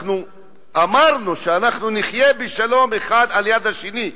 אנחנו אמרנו שאנחנו נחיה בשלום אחד על יד השני.